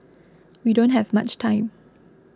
we don't have much time